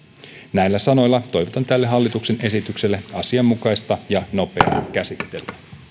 näillä sanoilla toivotan tälle hallituksen esitykselle asianmukaista ja nopeaa käsittelyä